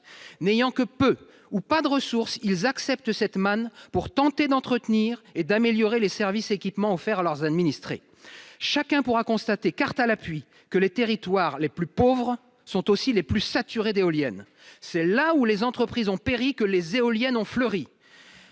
n'ayant que peu ou pas de ressources, ils acceptent cette manne pour tenter d'entretenir et d'améliorer les services équipements offerts à leurs administrés, chacun pourra constater, cartes à l'appui, que les territoires les plus pauvres sont aussi les plus saturées d'éoliennes, c'est là où les entreprises ont péri que les éoliennes ont fleuri